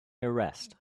arrest